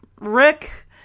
Rick